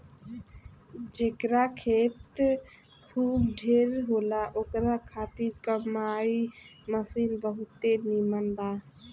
जेकरा खेत खूब ढेर होला ओकरा खातिर कम्पाईन मशीन बहुते नीमन बा